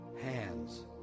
hands